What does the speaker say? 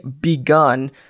begun